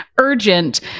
urgent